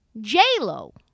J-Lo